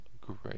great